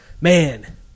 man